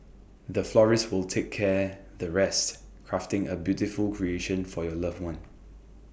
the florist will take care the rest crafting A beautiful creation for your loved one